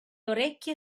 orecchie